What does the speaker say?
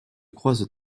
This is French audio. croisent